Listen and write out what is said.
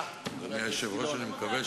אני לא זוכר מי